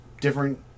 different